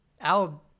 Al